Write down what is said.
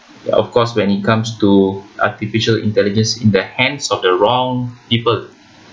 ya of course when it comes to artificial intelligence in the hands of the wrong people